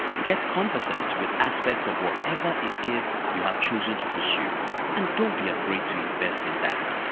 get conversant with aspects of whatever it is you have chosen to pursue and don't be afraid to invest in that.